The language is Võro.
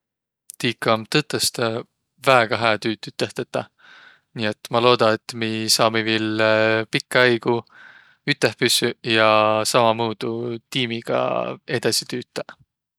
Tiika um tõtõstõ väega hää tüüd üteh tetäq. Nii et ma looda, et mi saamiq viil pikkä aigu üteh püssüq ja sammamuudu tiimiga edesi tüütäq.